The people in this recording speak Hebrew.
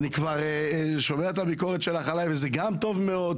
אני כבר שומע את הביקורת שלך עלי וזה גם טוב מאוד,